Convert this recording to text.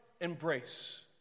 embrace